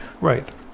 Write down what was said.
Right